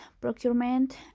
procurement